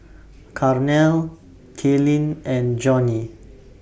Carnell Kalyn and Johnie